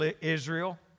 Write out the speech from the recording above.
Israel